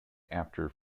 after